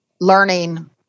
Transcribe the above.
learning